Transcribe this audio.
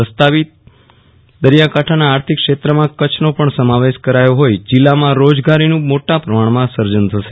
પસ્તાવિક દરિયાકાંઠાના આર્થિક ક્ષેત્રમાં કચ્છનો પણ સમાવેશ કરાયો હોઈ જિલ્લામાં રોજગારી નું મોટા પ્રમાણમાં સર્જન થશે